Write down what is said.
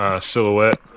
Silhouette